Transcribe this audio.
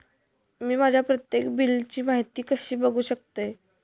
मी माझ्या प्रत्येक बिलची माहिती कशी बघू शकतय?